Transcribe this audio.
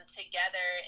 together